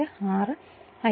6 ആയിരുന്നു